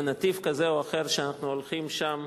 בנתיב כזה או אחר שאנחנו הולכים שם,